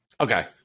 Okay